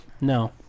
No